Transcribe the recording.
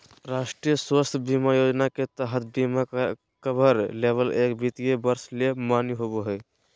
राष्ट्रीय स्वास्थ्य बीमा योजना के तहत बीमा कवर केवल एक वित्तीय वर्ष ले मान्य होबो हय